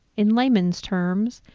in layman's terms,